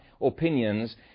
opinions